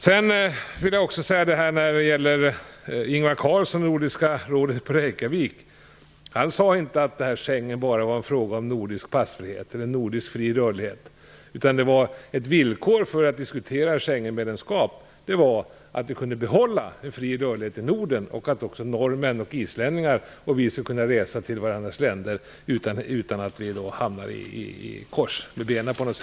Sedan vill jag säga att Ingvar Carlsson vid Nordiska rådets session i Reykjavik inte sade att Schengen bara är en fråga om nordiska passfrihet eller nordisk fri rörlighet, utan att ett villkor för att diskutera anslutning till Schengenavtalet är att vi kan behålla en fri rörlighet i Norden och att också norrmän, islänningar och svenskar skall kunna resa till varandras länder utan att på något sätt hamna med benen i kors.